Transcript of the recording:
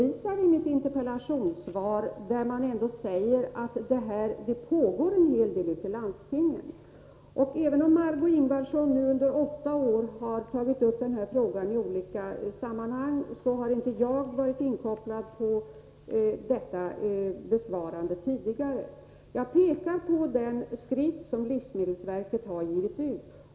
I mitt interpellationssvar säger jag ändå att en hel del görs ute i landstingen. Jag vill framhålla att jag tidigare inte varit inkopplad på den här frågan och således inte haft anledning att besvara hennes frågor. Jag hänvisar till den skrift som livsmedelsverket har givit ut.